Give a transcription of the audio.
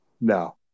No